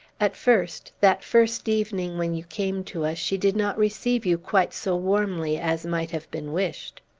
at first that first evening when you came to us she did not receive you quite so warmly as might have been wished.